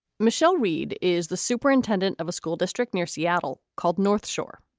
michelle reed is the superintendent of a school district near seattle called north shore,